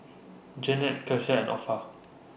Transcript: Jeannette Kecia and Opha